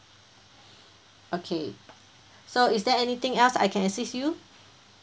okay so is there anything else I can assist you